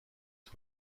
sur